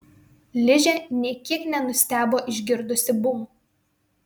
ližė nė kiek nenustebo išgirdusi bum